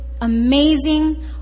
amazing